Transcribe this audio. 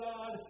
God